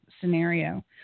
scenario